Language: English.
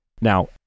Now